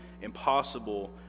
impossible